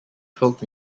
folk